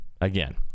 again